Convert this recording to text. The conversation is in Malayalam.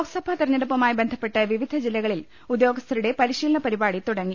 ലോക്സഭാ തെരഞ്ഞെടുപ്പുമായി ബന്ധപ്പെട്ട് വിവിധ ജില്ലകളിൽ ഉദ്യോഗസ്ഥരുടെ പുരിശീലന പ്രിപാടി തുടങ്ങി